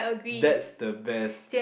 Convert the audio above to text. that's the best